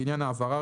לעניין העברה,